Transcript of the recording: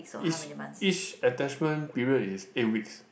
each each attachment period is eight weeks